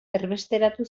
erbesteratu